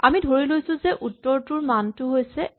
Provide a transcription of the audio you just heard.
আমি ধৰি লৈছো যে উত্তৰটোৰ মানটো হৈছে এক